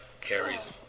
Carrie's